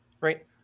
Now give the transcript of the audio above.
right